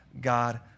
God